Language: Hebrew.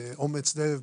באומץ לב,